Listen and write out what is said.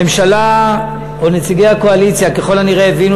הממשלה או נציגי הקואליציה ככל הנראה הבינו